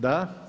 Da.